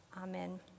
Amen